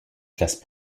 classes